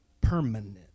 permanent